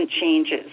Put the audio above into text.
changes